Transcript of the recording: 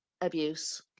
abuse